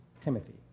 Timothy